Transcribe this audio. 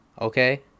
okay